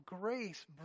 grace